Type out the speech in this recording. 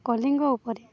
କଳିଙ୍ଗ ଉପରେ